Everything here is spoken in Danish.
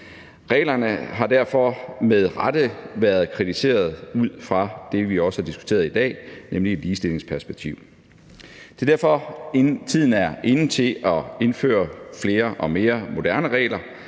Reglerne har derfor med rette været kritiseret ud fra det, vi også har diskuteret i dag, nemlig et ligestillingsperspektiv. Det er derfor, at tiden er inde til at indføre flere og mere moderne regler,